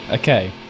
Okay